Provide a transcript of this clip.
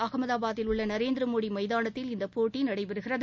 அகமதாபாத்தில் உள்ளநரேந்திரமோடிமைதானத்தில் இந்தபோட்டிநடைபெறுகிறது